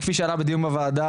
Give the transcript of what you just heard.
כפי שעלה בדיון בוועדה,